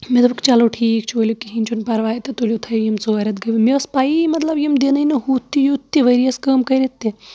مےٚ دوٚپُکھ چلو ٹھیٖک چھُ ؤلِو کِہینۍ چھُنہٕ پَرواے تہٕ تُلو تھٲویو یِم ژور رٮ۪تھ گٔیوٕ مےٚ ٲسۍ پیی مطلب یِم دِنٕے نہٕ ہُتھ تہِ یُتھ تہِ ؤرۍ یَس کٲم کٔرِتھ تہِ